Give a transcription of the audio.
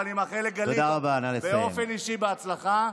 ואני מאחל לגלית באופן אישי הצלחה,